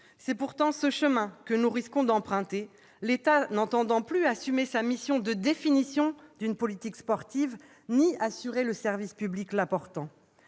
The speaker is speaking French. C'est pourtant ce chemin que nous risquons d'emprunter, l'État n'entendant plus assumer sa mission de définition d'une politique sportive ni assurer le service public déclinant